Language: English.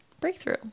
breakthrough